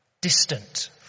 distant